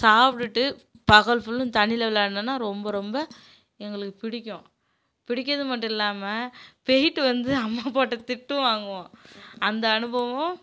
சாப்பிடுட்டு பகல் ஃபுல்லும் தண்ணீர்ல விளாட்டோனா ரொம்ப ரொம்ப எங்களுக்கு பிடிக்கும் பிடிக்கிறது மட்டும் இல்லாமல் போயிட்டு வந்து அம்மா அப்பாகிட்ட திட்டு வாங்குவோம் அந்த அனுபவம்